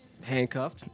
Handcuffed